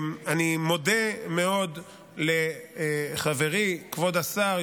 אני מודה מאוד לחברי כבוד השר,